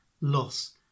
loss